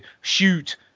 shoot